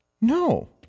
No